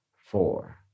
four